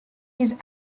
his